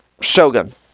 Shogun